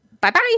Bye-bye